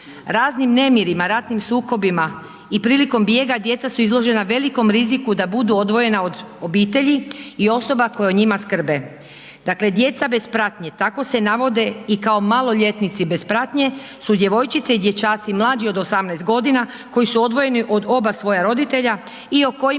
Raznim nemirima, ratnim sukobima i prilikom bijega djeca su izložena velikom riziku da budu odvojena od obitelji i osoba koja o njima skrbe. Dakle, djeca bez pratnje, tako se navode i kao maloljetnici bez pratnje su djevojčice i dječaci mlađi od 18.g. koji su odvojeni od oba svoja roditelja i o kojima